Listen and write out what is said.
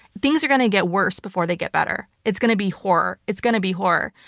things are going to get worse before they get better. it's going to be horror. it's going to be horror.